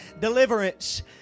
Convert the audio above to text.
deliverance